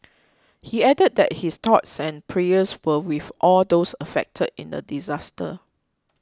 he added that his thoughts and prayers were with all those affected in the disaster